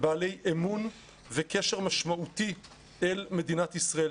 בעלי אמון וקשר משמעותי אל מדינת ישראל,